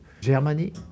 Germany